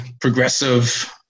progressive